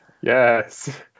yes